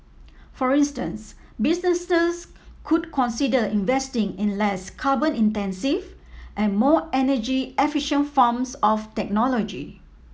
for instance businesses could consider investing in less carbon intensive and more energy efficient forms of technology